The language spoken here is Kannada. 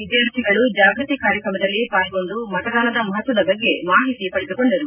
ವಿದ್ಯಾರ್ಥಿಗಳು ಜಾಗೃತಿ ಕಾರ್ಯಕ್ರಮದಲ್ಲಿ ಪಾಲ್ಗೊಂಡು ಮತದಾನದ ಮಹತ್ವದ ಬಗ್ಗೆ ಮಾಹಿತಿ ಪಡೆದುಕೊಂಡರು